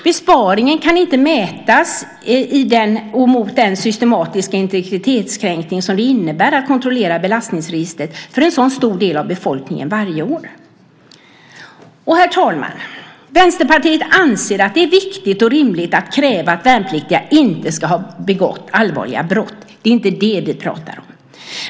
Besparingen kan inte ställas mot den systematiska integritetskränkning som det innebär att kontrollera belastningsregistret när det gäller en så stor del av befolkningen varje år. Herr talman! Vänsterpartiet anser att det är viktigt och rimligt att kräva att värnpliktiga inte har begått allvarliga brott. Det är inte det som vi talar om.